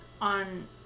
on